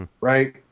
Right